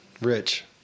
rich